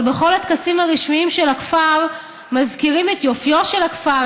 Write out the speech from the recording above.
אבל בכל הטקסים הרשמיים של הכפר מזכירים את יופיו של הכפר,